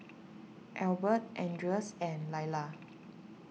Albert Andres and Lyla